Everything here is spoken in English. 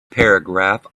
paragraph